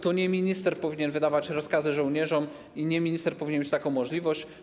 To nie minister powinien wydawać rozkazy żołnierzom i nie minister powinien mieć taką możliwość.